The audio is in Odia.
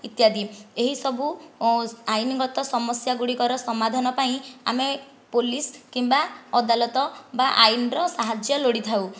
ଇତ୍ୟାଦି ଏହିସବୁ ଆଇନଗତ ସମସ୍ୟା ଗୁଡ଼ିକର ସମାଧାନ ପାଇଁ ଆମେ ପୋଲିସ କିମ୍ବା ଅଦାଲତ ବା ଆଇନ ର ସାହାଯ୍ୟ ଲୋଡ଼ିଥାଉ